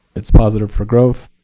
it's positive for growth,